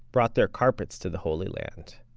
brought their carpets to the holy land.